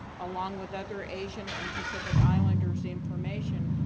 along with other asian and pacific islanders information,